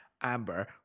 amber